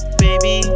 baby